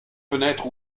fenêtre